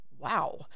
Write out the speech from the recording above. wow